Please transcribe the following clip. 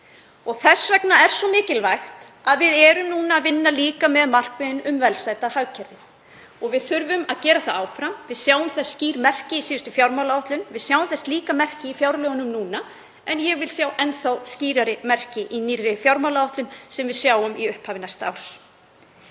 Þess vegna er svo mikilvægt að við erum núna að vinna líka með markmið um velsældarhagkerfi. Við þurfum að gera það áfram. Við sjáum þess skýr merki í síðustu fjármálaáætlun og sjáum þess líka merki í fjárlagafrumvarpinu núna en ég vil sjá enn þá skýrari merki í nýrri fjármálaáætlun sem við sjáum í upphafi næsta árs.